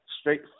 straight